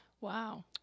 Wow